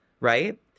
right